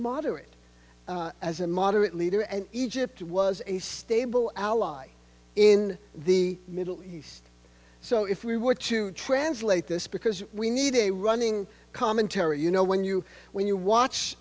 moderate as a moderate leader and egypt was a stable ally in the middle east so if we were to translate this because we need a running commentary you know when you when you watch